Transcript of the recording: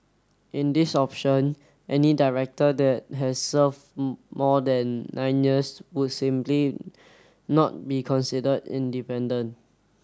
in this option any director that has serve more than nine years would simply not be considered independent